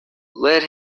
let